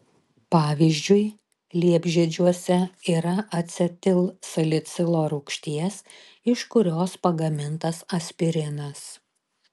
pavyzdžiui liepžiedžiuose yra acetilsalicilo rūgšties iš kurios pagamintas aspirinas